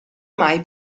mai